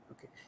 Okay